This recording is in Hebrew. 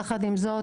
יחד עם זאת